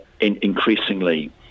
increasingly